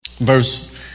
verse